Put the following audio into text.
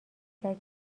کرد